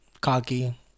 Cocky